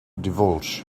divulge